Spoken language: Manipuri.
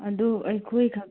ꯑꯗꯨ ꯑꯩꯈꯣꯏꯈꯛ